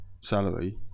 salary